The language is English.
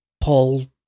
Paul